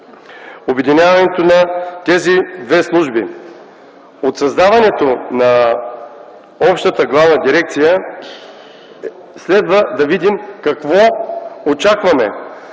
обединяването на тези две служби. От създаването на общата главна дирекция следва да видим какво очакваме.